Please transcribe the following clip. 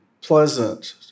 pleasant